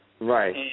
Right